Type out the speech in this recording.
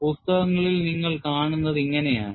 പുസ്തകങ്ങളിൽ നിങ്ങൾ കാണുന്നത് ഇങ്ങനെയാണ്